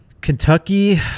Kentucky